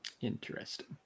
Interesting